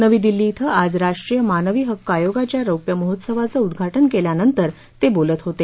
नवी दिल्ली ध्वें आज राष्ट्रीय मानवी हक्क आयोगाच्या रौप्य महोत्सवाचं उद्वाटन केल्यानंतर ते बोलत होते